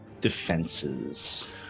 defenses